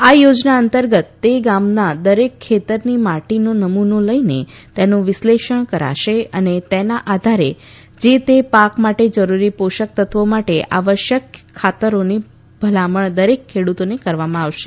આ યોજના અંતર્ગત તે ગામના દરેક ખેતરની માટીનો નમુનો લઇને તેનું વિસ્લેષણ કરાશે અને તેના આધારે જે તે પાક માટે જરૂરી પોષક તત્વો માટે આવશ્યક ખાતરોની ભલામણ દરેક ખેડુતને કરવામાં આવશે